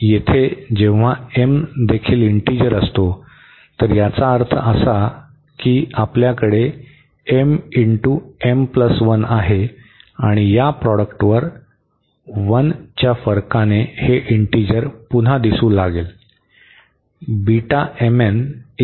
येथे जेव्हा m देखील इंटीजर असतो तर याचा अर्थ असा की आपल्याकडे आहे आणि या प्रॉडक्टवर 1 च्या फरकाने हे इंटीजर पुन्हा दिसू लागले